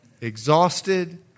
Exhausted